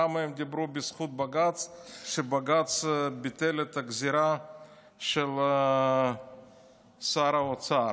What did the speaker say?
כמה הם דיברו בזכות בג"ץ כשבג"ץ ביטל את הגזרה של שר האוצר.